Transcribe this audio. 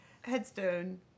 headstone